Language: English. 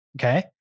Okay